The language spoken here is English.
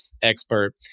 expert